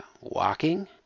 walking